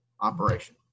operation